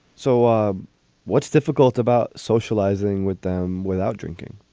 so ah what's difficult about socializing with them without drinking?